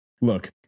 look